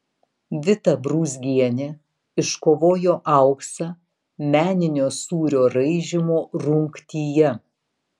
vita brūzgienė iškovojo auksą meninio sūrio raižymo rungtyje